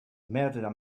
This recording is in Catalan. merda